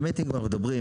האמת שאם כבר מדברים,